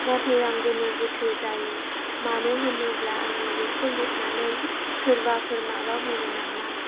नाथाय आं गोनो गोथो जायो मानो होनोब्ला आङो बेखौ लिरनानै सोरबाफोर माबा बुंगोन नामा